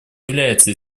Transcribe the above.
является